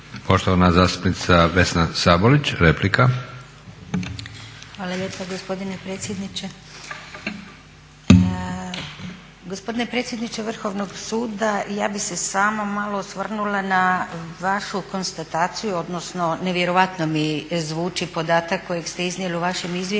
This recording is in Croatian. replika. **Sabolić, Vesna (Reformisti)** Hvala lijepa gospodine predsjedniče. Gospodine predsjedniče Vrhovnog suda ja bih se samo malo osvrnula na vašu konstataciju, odnosno nevjerojatno mi zvuči podatak kojeg ste iznijeli u vašem izvješću